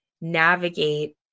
navigate